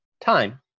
time